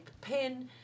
pen